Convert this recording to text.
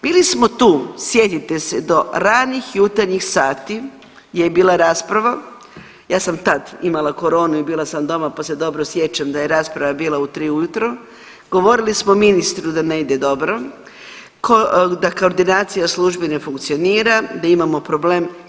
Bili smo tu sjetite se do ranih jutarnjih sati je bila rasprava, ja sam tad imala koronu i bila sam doma pa se dobro sjećam da je rasprava bila u 3 ujutro, govorili smo ministru da ne ide dobro, da koordinacija službi ne funkcionira, da imamo problem.